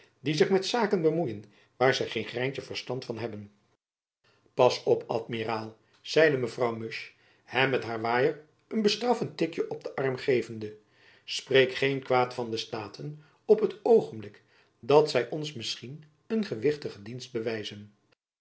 die zich met zaken moeien waar zy geen greintjen verstand van hebben pas op amiraal zeide mevrouw musch hem met haar waaier een bestraffend tikjen op den arm gevende spreek geen kwaad van de staten op het oogenblik dat zy ons misschien een gewichtige dienst bewijzen